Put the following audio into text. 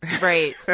Right